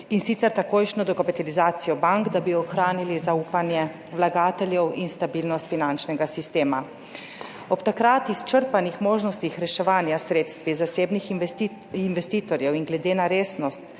in sicer takojšnjo dokapitalizacijo bank, da bi ohranili zaupanje vlagateljev in stabilnost finančnega sistema. Ob takrat izčrpanih možnostih reševanja s sredstvi zasebnih investitorjev in glede na resnost